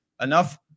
Enough